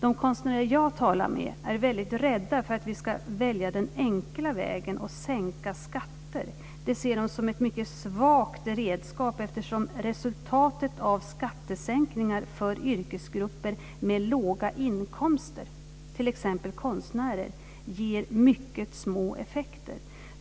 De konstnärer jag talar med är rädda för att vi ska välja den enkla vägen och sänka skatter. Det ser de som ett mycket svagt redskap eftersom resultatet av skattesänkningar för yrkesgrupper med låga inkomster, t.ex. konstnärer, ger mycket små effekter.